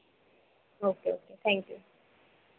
okay okay thank you